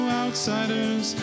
outsiders